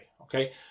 okay